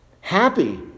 Happy